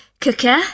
cooker